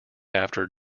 after